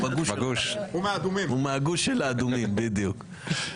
הוא מהגוש של האדומים, בדיוק.